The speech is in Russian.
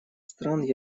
стран